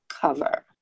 cover